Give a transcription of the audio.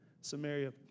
Samaria